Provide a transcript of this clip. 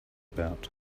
about